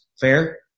Fair